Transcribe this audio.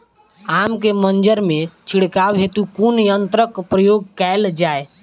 आम केँ मंजर मे छिड़काव हेतु कुन यंत्रक प्रयोग कैल जाय?